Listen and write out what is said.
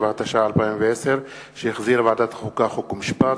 7), התש"ע 2010, שהחזירה ועדת החוקה, חוק ומשפט,